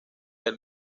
del